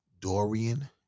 Dorian